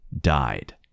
died